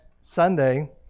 Sunday